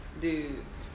dudes